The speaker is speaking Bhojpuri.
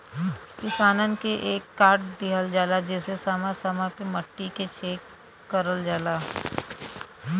किसान के एक कार्ड दिहल जाला जेसे समय समय पे मट्टी के चेक करल जाला